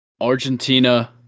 Argentina